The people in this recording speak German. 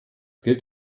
gilt